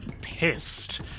pissed